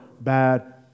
bad